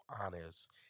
honest